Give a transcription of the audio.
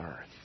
earth